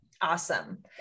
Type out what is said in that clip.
Awesome